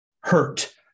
hurt